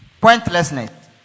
Pointlessness